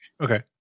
okay